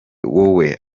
wowe